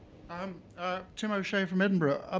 um ah tim o'shea from edinburgh.